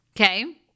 okay